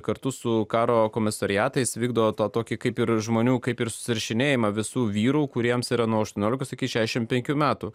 kartu su karo komisariatais vykdo tokį kaip ir žmonių kaip ir susirašinėjimą visų vyrų kuriems yra nuo aštuoniolikos iki šiašim penkių metų